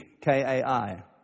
K-A-I